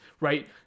right